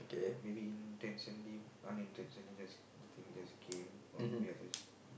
maybe intentionally unintentionally just the thing just came or maybe I just